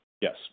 Yes